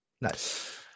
Nice